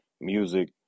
music